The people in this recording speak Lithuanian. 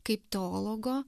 kaip teologo